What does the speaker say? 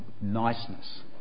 niceness